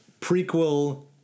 prequel